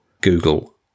Google